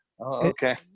okay